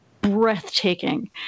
breathtaking